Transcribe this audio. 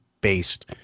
based